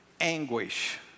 anguish